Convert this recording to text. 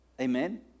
Amen